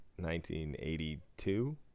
1982